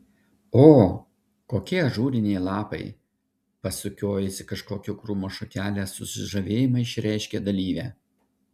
o kokie ažūriniai lapai pasukiojusi kažkokio krūmo šakelę susižavėjimą išreiškė dalyvė